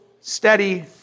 steady